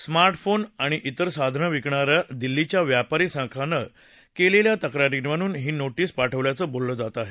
smart phone आणि त्रिर साधनं विकणाऱ्या दिल्लीच्या व्यापार महासंघानं केलेल्या तक्रारींवरून ही नोटीस पाठवल्याचं बोललं जातं आहे